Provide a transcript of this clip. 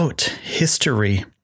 history